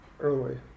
early